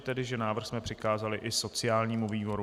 tedy, že návrh jsme přikázali i sociálnímu výboru.